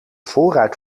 voorruit